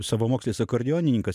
savamokslis akordeonininkas